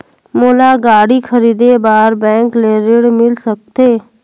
मोला गाड़ी खरीदे बार बैंक ले ऋण मिल सकथे?